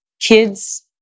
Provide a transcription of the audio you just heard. kids